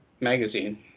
magazine